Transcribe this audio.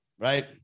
Right